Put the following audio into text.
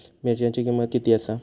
मिरच्यांची किंमत किती आसा?